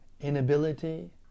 inability